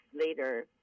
later